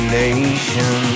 nation